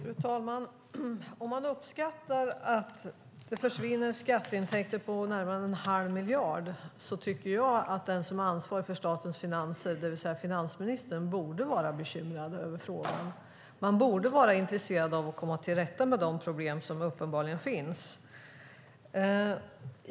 Fru talman! Om man uppskattar att det försvinner skatteintäkter på närmare en halv miljard tycker jag att den som är ansvarig för statens finanser, det vill säga finansministern, borde vara bekymrad och borde vara intresserad av att komma till rätta med de problem som uppenbarligen finns.